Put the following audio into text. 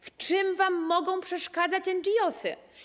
W czym wam mogą przeszkadzać NGOS-y?